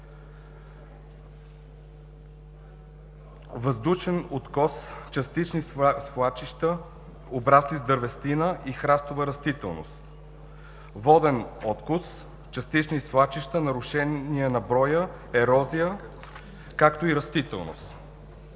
въздушен откос: частични свлачища, обрасли с дървесина и храстова растителност; воден откос: частични свлачища, нарушение на броя, ерозия, както и растителност;